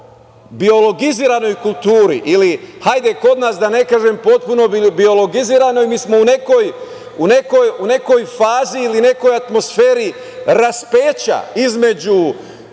biologiziranoj kulturi ili, hajde, kod nas da ne kažem potpuno biologiziranoj, mi smo u nekoj fazi ili nekoj atmosferi raspeća između